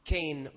Cain